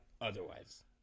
Otherwise